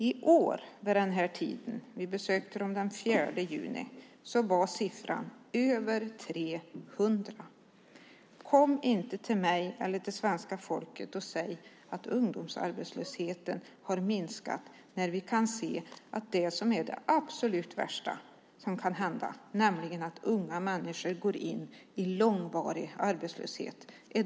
I år vid den här tiden - vi besökte dem den 4 juni - var siffran över 300. Kom inte till mig eller till svenska folket och säg att ungdomsarbetslösheten har minskat! Vi kan se att siffran stiger när det gäller det som är det absolut värsta som kan hända, nämligen att unga människor går in i långvarig arbetslöshet.